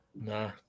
nah